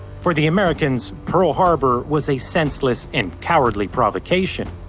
for the americans, pearl harbor was a senseless and cowardly provocation.